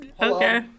Okay